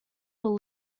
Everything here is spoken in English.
will